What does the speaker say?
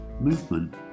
movement